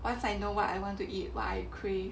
once I know what I want to eat what I crave